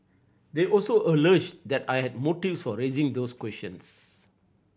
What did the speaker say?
they also alleged that I had motives for raising those questions